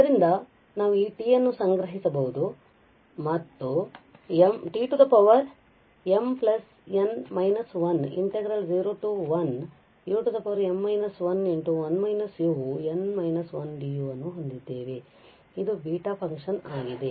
ಆದ್ದರಿಂದ ನಾವು ಈ t ಅನ್ನು ಸಂಗ್ರಹಿಸಬಹುದು ನಾವು t mn−1 01 u m−1 1 − u n−1 du ಅನ್ನು ಹೊಂದಿದ್ದೇವೆ ಇದು ಬೀಟಾ ಫಂಕ್ಷನ್ ಆಗಿದೆ